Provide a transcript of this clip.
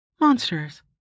Monsters